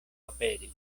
aperis